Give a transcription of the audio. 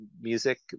music